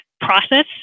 process